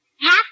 Half